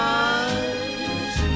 eyes